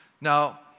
Now